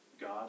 God